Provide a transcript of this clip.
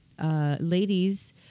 Ladies